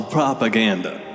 propaganda